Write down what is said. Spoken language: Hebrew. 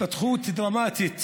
התפתחות דרמטית